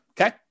okay